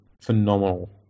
phenomenal